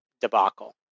debacle